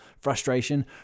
frustration